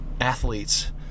athletes